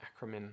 acronym